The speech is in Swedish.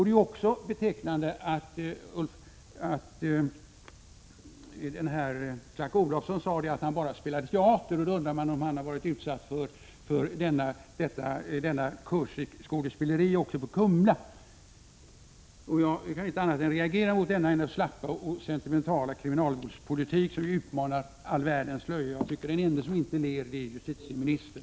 Det är också betecknande att Clark Olofson sade att han bara spelat teater. Man undrar om han också har fått kurs i skådespeleri på Kumla. Jag kan inte annat än reagera mot denna slappa och sentimentala kriminalvårdspolitik, som ju utmanar all världens löje. Den ende som inte ler är justitieministern.